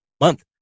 month